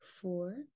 four